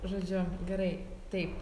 žodžiu gerai taip